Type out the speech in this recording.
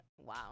wow